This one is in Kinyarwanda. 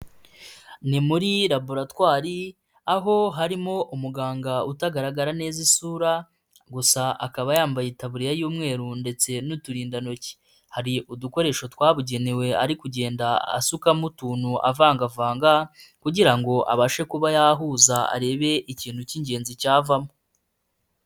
Ni muri laboratwari, aho harimo umuganga utagaragara neza isura, gusa akaba yambaye tabuririya y'umweru ndetse n'uturindantoki, hari udukoresho twabugenewe ari kugenda asukamo utuntu, avangavanga kugira ngo abashe kuba yahuza arebe ikintu cy'ingenzi cyavamo.